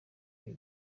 ibi